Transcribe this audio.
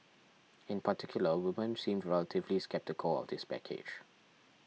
in particular women seemed relatively sceptical of the package